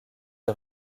est